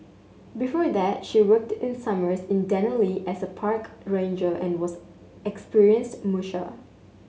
before that she worked in summers in Denali as a park ranger and was experienced musher